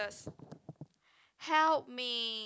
first help me